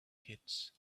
kids